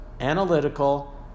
analytical